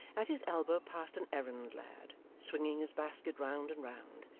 at his elbow passed an errand-lad, swinging his basket round and round,